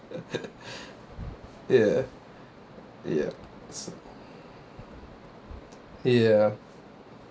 ya yes ya